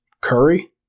Curry